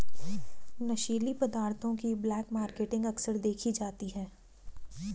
नशीली पदार्थों की ब्लैक मार्केटिंग अक्सर देखी जाती है